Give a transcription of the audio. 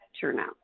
turnout